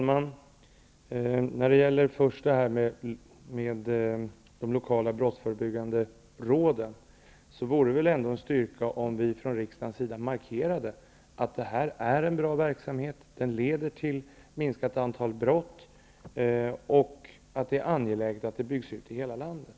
Herr talman! Först beträffande de lokala förebyggande råden. Det vore väl en styrka om vi från riksdagen markerade att det är en bra verksamhet som leder till ett minskat antal brott och att det är angeläget att den byggs ut i hela landet.